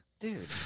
Dude